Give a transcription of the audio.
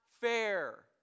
fair